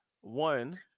One